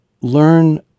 learn